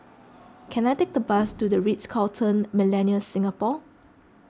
can I take a bus to the Ritz Carlton Millenia Singapore